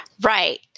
Right